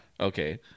Okay